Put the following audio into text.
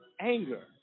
anger